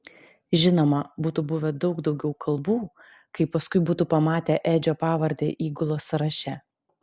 žinoma būtų buvę daug daugiau kalbų kai paskui būtų pamatę edžio pavardę įgulos sąraše